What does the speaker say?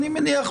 אני מניח,